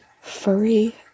furry